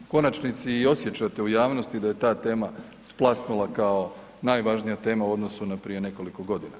U konačnici i osjećate u javnosti da je ta tema splasnula kao najvažnija tema u odnosu na prije nekoliko godina.